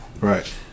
right